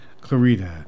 clarita